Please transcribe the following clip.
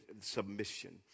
submission